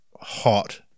hot